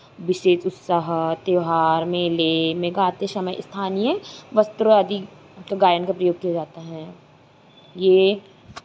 विशेष उत्साह त्योहार मेले मेघा आते समय स्थानीय वस्त्रों आदि का गायन का प्रयोग किया जाता हैं ये